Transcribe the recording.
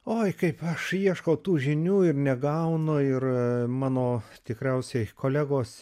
oi kaip aš ieškau tų žinių ir negaunu ir mano tikriausiai kolegos